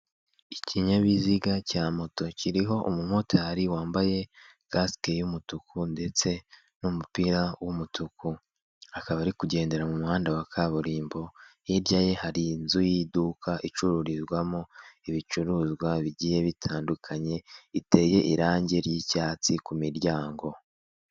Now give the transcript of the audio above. Ikinyabiziga cya moto kiriho umumotari wambaye kasike y'umutuku ndetse n'umupira w'umutuku akaba ari kugendera mu muhanda wa kaburimbo, hirya ye hari inzu y'iduka icururizwamo ibicuruzwa bigiye bitandukanye iteye irangi ry'icyatsi ku miryango.